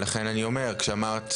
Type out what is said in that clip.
לכן אני אומר את זה.